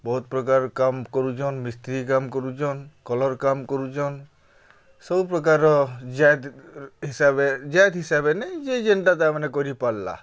ବହୁତ୍ ପ୍ରକାର୍ କାମ୍ କରୁଚନ୍ ମିସ୍ତ୍ରୀ କାମ୍ କରୁଚନ୍ କଲର୍ କାମ୍ କରୁଚନ୍ ସବୁ ପ୍ରକାର୍ ଜାଏତ୍ ହିସାବେ ଜାଏତ୍ ହିସାବେ ନେଇ ଯେ ଯେନ୍ଟା ତାମାନେ କରିପାର୍ଲା